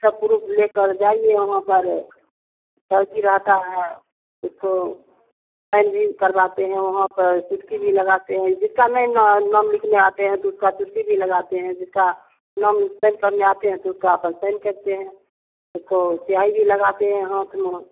सब प्रूफ़ लेकर जाइए वहाँ पर सर जी रहते हैं उसको साइन भी करवाते हैं वहाँ पर चुटकी भी लगाते हैं जिसका मेन न नाम लिखना आता है तो उसकी चुटकी भी लगाते हैं जिसका नाम साइन करना आता है तो उसका अपना साइन करते हैं उसको स्याही भी लगाते हैं हाथ में